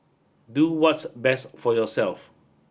do what's best for yourself